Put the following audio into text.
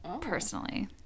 personally